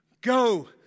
Go